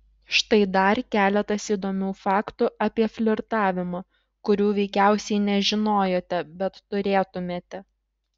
štai dar keletas įdomių faktų apie flirtavimą kurių veikiausiai nežinojote bet turėtumėte